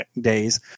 days